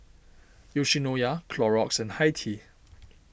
Yoshinoya Clorox and Hi Tea